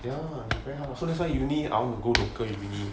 ya depend ah so uni I want to go local uni